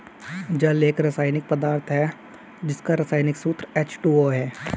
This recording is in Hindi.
जल एक रसायनिक पदार्थ है जिसका रसायनिक सूत्र एच.टू.ओ है